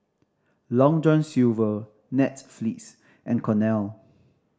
Long John Silver Netflix and Cornell